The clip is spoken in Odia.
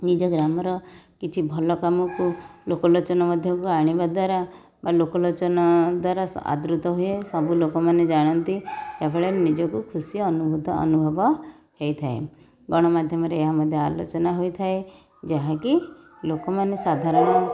ନିଜ ଗ୍ରାମର କିଛି ଭଲ କାମକୁ ଲୋକଲୋଚନକୁ ମଧ୍ୟକୁ ଆଣିବା ଦ୍ୱାରା ବା ଲୋକଲୋଚନ ଦ୍ୱାରା ଆବୃତ୍ତ ହୁଏ ସବୁ ଲୋକମାନେ ଜାଣନ୍ତି ଯାହାଫଳରେ ନିଜକୁ ଖୁସି ଅନୁଭୂତ ଅନୁଭବ ହେଇଥାଏ ଗଣମାଧମରେ ଏହା ମଧ୍ୟ ଆଲୋଚନା ହୋଇଥାଏ ଯାହାକି ଲୋକମାନେ ସାଧାରଣ